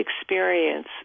experience